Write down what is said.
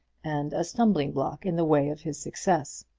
and a stumbling-block in the way of his success.